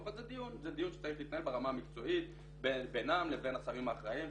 אבל זה דיון שצריך להתנהל ברמה המקצועית בינם לבין השרים האחראים,